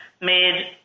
made